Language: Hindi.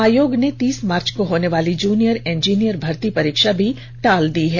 आयोग ने तीस मार्च को होने वाली जूनियर इंजीनियर भर्ती परीक्षा भी टाल दी है